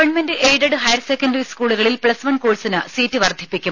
government aided higher secondary സ്കൂളുകളിൽ plus one കോഴ്സിന് seat വർധിപ്പിക്കും